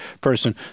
person